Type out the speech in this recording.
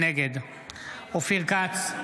נגד אופיר כץ,